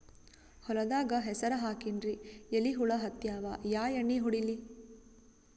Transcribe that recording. ಹೊಲದಾಗ ಹೆಸರ ಹಾಕಿನ್ರಿ, ಎಲಿ ಹುಳ ಹತ್ಯಾವ, ಯಾ ಎಣ್ಣೀ ಹೊಡಿಲಿ?